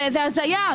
זאת הזיה.